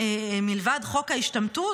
מלבד חוק ההשתמטות,